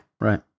right